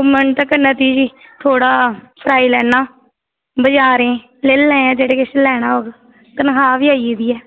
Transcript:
घूमन ते कन्नै तुगी बी थोह्ड़ा फराई लैन्नां बजारें लेई लैयां जेह्ड़ा किश लैना होग तन्खाह् बी आई गेदी ऐ